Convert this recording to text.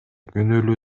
күнөөлүү